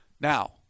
Now